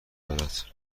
دارد